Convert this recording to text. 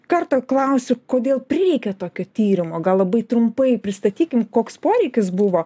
karto klausiu kodėl prireikė tokio tyrimo gal labai trumpai pristatykim koks poreikis buvo